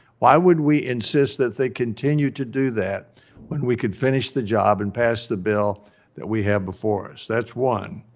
why would we insist that they continue to do that when we could finish the job and pass the bill that we have before us? that's one.